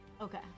Okay